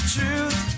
Truth